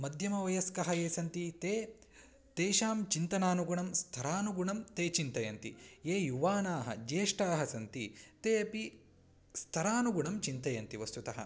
मध्यमवयस्कः ये सन्ति ते तेषां चिन्तनानुगुणं स्थरानुगुणं ते चिन्तयन्ति ये युवानाः ज्येष्ठाः सन्ति ते अपि स्थरानुगुणं चिन्तयन्ति वस्तुतः